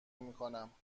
میکنم